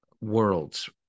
worlds